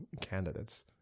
candidates